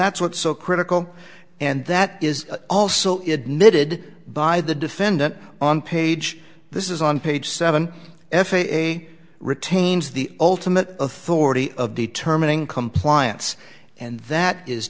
that's what so critical and that is also it knitted by the defendant on page this is on page seven f a a retains the ultimate authority of determining compliance and that is